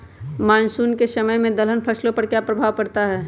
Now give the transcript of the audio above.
Monsoon के समय में दलहन फसलो पर क्या प्रभाव पड़ता हैँ?